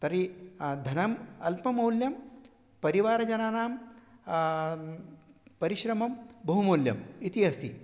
तर्हि धनम् अल्पमौल्यं परिवारजनानां परिश्रमं बहु मूल्यम् इति अस्ति